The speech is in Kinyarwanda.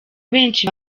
benshi